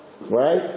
right